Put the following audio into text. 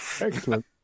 Excellent